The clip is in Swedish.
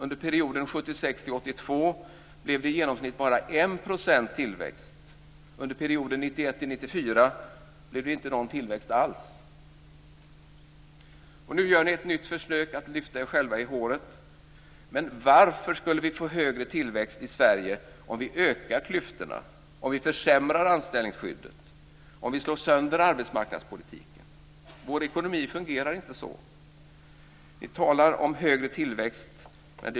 Under perioden 1976-1982 blev det i genomsnitt bara 1 % tillväxt. Under perioden 1991-1994 blev det inte någon tillväxt alls. Men varför skulle vi få högre tillväxt i Sverige om vi ökar klyftorna, om vi försämrar anställningsskyddet, om vi slår sönder arbetsmarknadspolitiken? Vår ekonomi fungerar inte så.